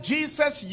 Jesus